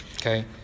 Okay